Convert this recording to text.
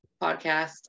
podcast